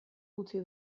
utzi